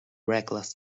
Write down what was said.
reckless